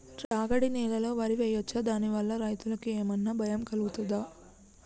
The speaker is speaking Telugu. రాగడి నేలలో వరి వేయచ్చా దాని వల్ల రైతులకు ఏమన్నా భయం కలుగుతదా?